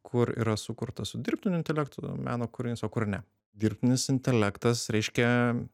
kur yra sukurta su dirbtiniu intelektu meno kūrinys o kur ne dirbtinis intelektas reiškia